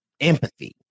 empathy